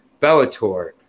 Bellator